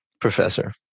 professor